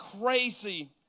crazy